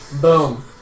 Boom